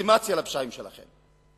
לגיטימציה לפשעים שלכם.